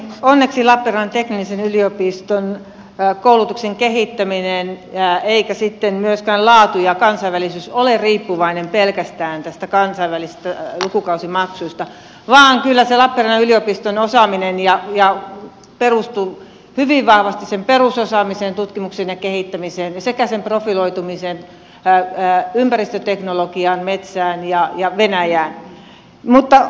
onneksi ei lappeenrannan teknillisen yliopiston koulutuksen kehittäminen eivätkä sitten myöskään laatu ja kansainvälisyys ole riippuvaisia pelkästään näistä kansainvälisistä lukukausimaksuista vaan kyllä se lappeenrannan yliopiston osaaminen perustuu hyvin vahvasti perusosaamiseen tutkimukseen ja kehittämiseen sekä sen profiloitumiseen ympäristöteknologiaan metsään ja venäjään